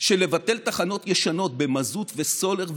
של לבטל תחנות ישנות של מזוט וסולר ופחם,